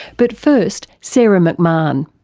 but first, sara mcmahon.